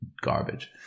garbage